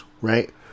right